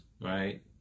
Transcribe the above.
Right